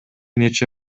нече